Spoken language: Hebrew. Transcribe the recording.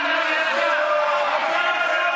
נא לשבת.